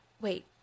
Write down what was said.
Wait